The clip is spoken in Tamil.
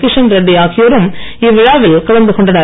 கிஷன் ரெட்டி ஆகியோரும் இவ்விழாவில் கலந்து கொண்டனர்